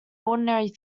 ordinary